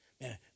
Man